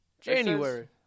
January